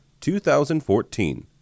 2014